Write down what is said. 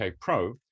Pro